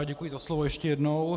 Děkuji za slovo ještě jednou.